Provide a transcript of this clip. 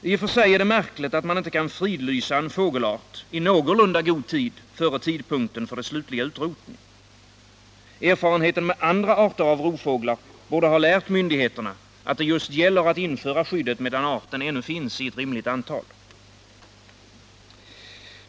I och för sig är det märkligt att man inte kan fridlysa en fågelart i någorlunda god tid före tidpunkten för dess slutliga utrotning. Erfarenheten av andra arter av rovfåglar borde ha lärt myndigheterna att det just gäller att införa skyddet medan arten ännu finns i ett rimligt antal.